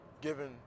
given